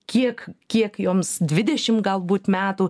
kiek kiek joms dvidešim galbūt metų